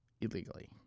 illegally